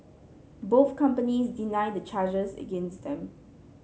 both companies deny the charges against them